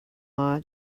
law